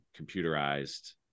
computerized